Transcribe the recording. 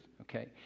Okay